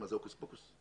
זה הוקוס פוקוס.